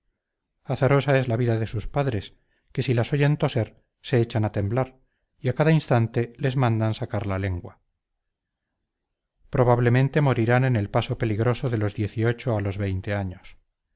azarosa es la vida de sus padres que si las oyen toser se echan a temblar y a cada instante les mandan sacar la lengua probablemente morirán en el paso peligroso de los diez y ocho a los veinte años